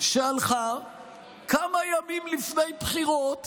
שהלכה כמה ימים לפני בחירות